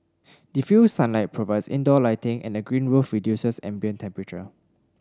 diffused sunlight provides indoor lighting and the green roof reduces ambient temperature